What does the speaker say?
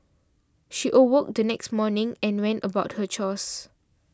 she awoke the next morning and went about her chores